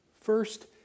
First